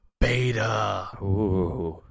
Beta